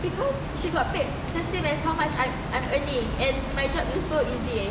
because she's got paid the same as how much I've I've earning and my job is so easy eh